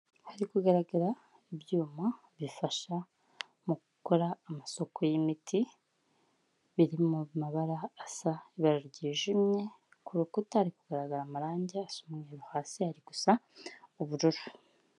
Hari kugaragara ibyuma bifasha mu gukora amasuku y'imiti, biri mu mabara asa ibara ryijimye,, ku rukuta hari kugaragara amarangi asa umweru, hasi hari gusa ubururu.